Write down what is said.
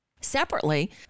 Separately